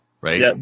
right